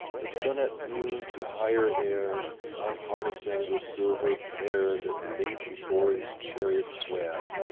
the sun at noon to higher air, unharnessing the silver pair that late before his chariot swam,